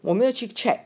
我没有去 check